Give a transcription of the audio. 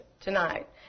tonight